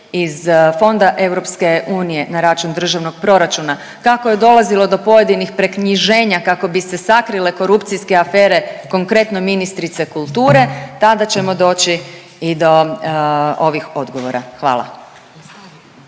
iz Fonda EU na račun državnog proračuna, kako je dolazilo do pojedinih preknjiženja kako bi se sakrile korupcijske afere konkretno ministrice kulture tada ćemo doći i do ovih odgovora. Hvala.